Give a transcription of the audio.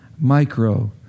Micro